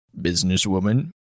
businesswoman